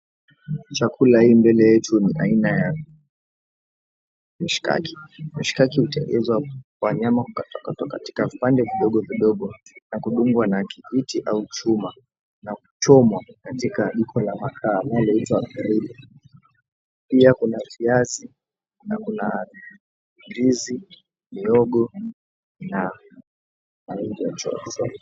Chakula hii mbele yetu ni aina ya mishikaki. Mishikaki hutengenezwa kwa nyama kukatwa vipande vidogo na kudungwa na kijiti au chuma, na kuchomwa kwenye jiko la makaa linaloitwa grill . Pia kuna viazi na kuna ndizi, mihogo na mahindi ya.